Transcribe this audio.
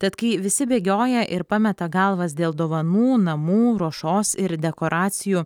tad kai visi bėgioja ir pameta galvas dėl dovanų namų ruošos ir dekoracijų